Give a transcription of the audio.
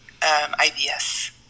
IBS